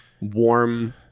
warm